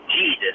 Jesus